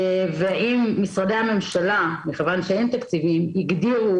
והאם משרדי הממשלה מכיוון שאין תקציבים הגדירו